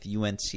UNC